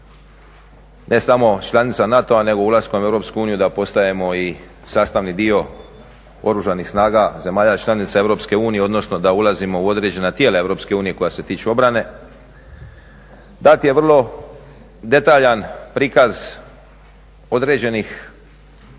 ne samo članica NATO-a nego ulaskom u EU da postajemo i sastavni dio Oružanih snaga zemalja članica EU, odnosno da ulazimo u određena tijela EU koja se tiču obrane. Dat je vrlo detaljan prikaz određenih postupaka